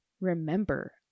remember